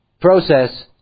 process